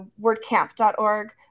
WordCamp.org